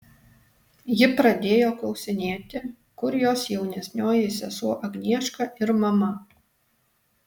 ji pradėjo klausinėti kur jos jaunesnioji sesuo agnieška ir mama